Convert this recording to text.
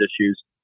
issues